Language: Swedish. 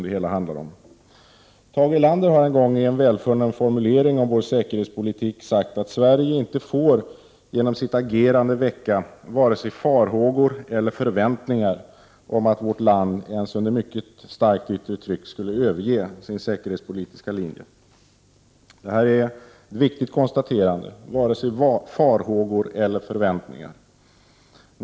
Tage Erlander har en gång i en välfunnen formulering om vår säkerhetspolitik sagt att Sverige inte får genom sitt agerande väcka vare sig farhågor eller förväntningar om att vårt land ens under mycket starkt yttre tryck skulle överge sin säkerhetspolitiska linje. Detta är ett viktigt konstaterande —inte vare sig farhågor eller förväntningar.